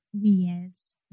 Yes